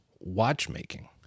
watchmaking